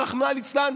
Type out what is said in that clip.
רחמנא לצלן,